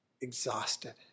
exhausted